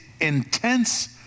intense